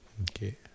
Okay